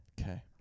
Okay